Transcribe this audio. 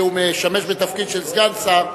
שמשמש בתפקיד של סגן שר,